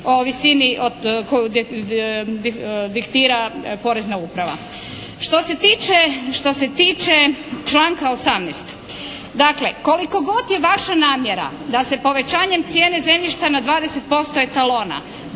o visini koju diktira Porezna uprava. Što se tiče članka 18. Dakle, koliko god je vaša namjera da se povećanjem cijene zemljišta na 20% talona